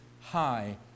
High